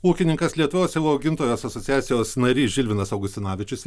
ūkininkas lietuvos augintojų asociacijos narys žilvinas augustinavičius